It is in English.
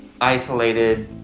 isolated